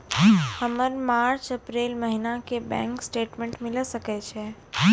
हमर मार्च अप्रैल महीना के बैंक स्टेटमेंट मिले सकय छै?